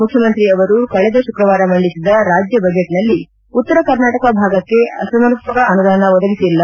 ಮುಖ್ಯಮಂತ್ರಿ ಅವರು ಕಳೆದ ಶುಕ್ರವಾರ ಮಂಡಿಸಿದ ರಾಜ್ಯ ಬಜೆಟ್ನಲ್ಲಿ ಉತ್ತರ ಕರ್ನಾಟಕ ಭಾಗಕ್ಷೆ ಸಮರ್ಪಕ ಅನುದಾನ ಒದಗಿಸಿಲ್ಲ